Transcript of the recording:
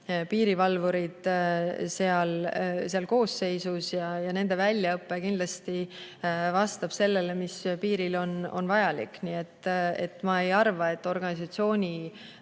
piirivalvurid on seal koosseisus ja nende väljaõpe kindlasti vastab sellele, mis piiril on vajalik. Nii et ma ei arva, et organisatsiooni